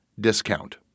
discount